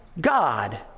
God